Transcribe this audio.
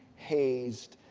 hazed,